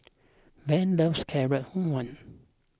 Van loves Carrot Halwa